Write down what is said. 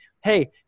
hey